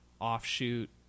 offshoot